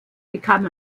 bekam